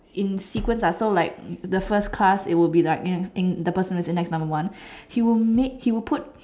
in sequence ah so like the first class it would be like you know in the person with index number one he would make he would put